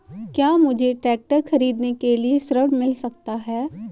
क्या मुझे ट्रैक्टर खरीदने के लिए ऋण मिल सकता है?